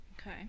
okay